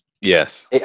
yes